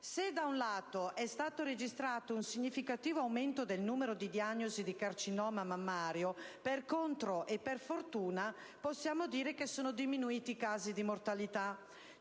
Se, da un lato, è stato registrato un significativo aumento del numero di diagnosi di carcinoma mammario, per contro e per fortuna possiamo dire che sono diminuiti i casi di mortalità.